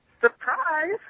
surprise